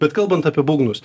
bet kalbant apie būgnus